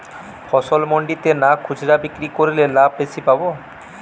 ফসল মন্ডিতে না খুচরা বিক্রি করলে লাভ বেশি পাব?